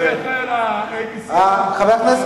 האם, אדוני,